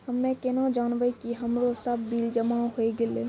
हम्मे केना जानबै कि हमरो सब बिल जमा होय गैलै?